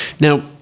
Now